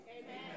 Amen